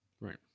Right